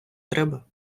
треба